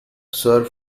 sir